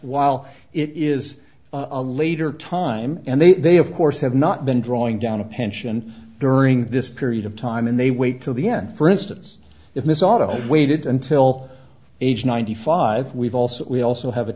while it is a later time and they they of course have not been drawing down a pension during this period of time and they wait till the end for instance if this auto waited until age ninety five we've also we also have a